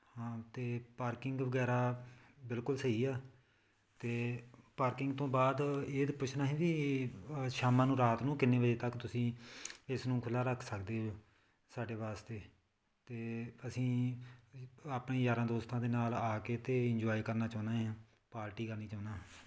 ਹਾਂ ਅਤੇ ਪਾਰਕਿੰਗ ਵਗੈਰਾ ਬਿਲਕੁਲ ਸਹੀ ਆ ਅਤੇ ਪਾਰਕਿੰਗ ਤੋਂ ਬਾਅਦ ਇਹ ਤਾਂ ਪੁੱਛਣਾ ਸੀ ਵੀ ਸ਼ਾਮਾਂ ਨੂੰ ਰਾਤ ਨੂੰ ਕਿੰਨੇ ਵਜੇ ਤੱਕ ਤੁਸੀਂ ਇਸ ਨੂੰ ਖੁੱਲ੍ਹਾ ਰੱਖ ਸਕਦੇ ਹੋ ਸਾਡੇ ਵਾਸਤੇ ਅਤੇ ਅਸੀਂ ਆਪਣੇ ਯਾਰਾਂ ਦੋਸਤਾਂ ਦੇ ਨਾਲ ਆ ਕੇ ਅਤੇ ਇੰਜੋਏ ਕਰਨਾ ਚਾਹੁੰਦੇ ਹਾਂ ਪਾਰਟੀ ਕਰਨੀ ਚਾਹੁੰਦਾ